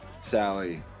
Sally